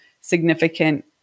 significant